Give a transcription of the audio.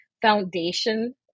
foundation